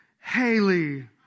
Haley